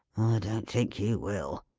don't think you will,